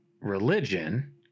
religion